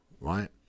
right